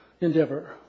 endeavor